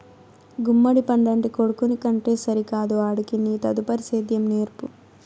గుమ్మడి పండంటి కొడుకుని కంటే సరికాదు ఆడికి నీ తదుపరి సేద్యం నేర్పు